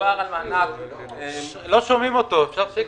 מדובר על מענק לתוספות ליישובים ולרשויות